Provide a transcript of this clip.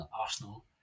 Arsenal